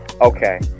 Okay